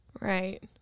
Right